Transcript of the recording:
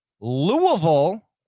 Louisville